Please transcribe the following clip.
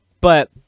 But-